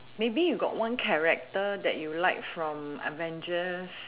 maybe you got one character that you like from avengers